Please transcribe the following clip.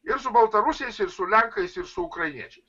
ir su baltarusiais ir su lenkais ir su ukrainiečiais